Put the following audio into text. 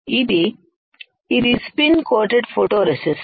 ఇది ఇదిస్పిన్ coated photo resist